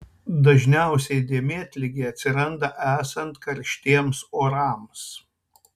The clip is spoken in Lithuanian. dažniausiai dėmėtligė atsiranda esant karštiems orams